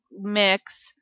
mix